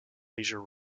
leisure